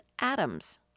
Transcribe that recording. atoms